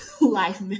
life